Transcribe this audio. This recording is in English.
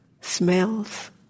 smells